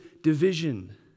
division